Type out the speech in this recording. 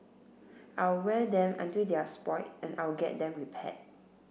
I'll wear them until they're spoilt and I'll get them repaired